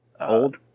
old